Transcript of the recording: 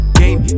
game